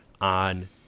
on